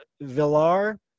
Villar